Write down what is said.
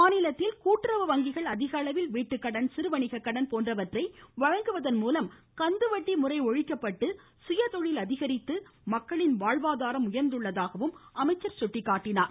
மாநிலத்தில் கூட்டுறவு வங்கிகள் அதிக அளவில் வீட்டுக்கடன் சிறுவணிக கடன் போன்றவற்றை வழங்குவதன் மூலம் கந்து வட்டி முறை ஒழிக்கப்பட்டு சுயதொழில் அதிகரித்து மக்களின் வாழ்வாதாரம் உயர்ந்துள்ளதாக அமைச்சர் தெரிவித்தார்